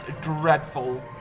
dreadful